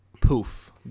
poof